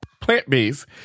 plant-based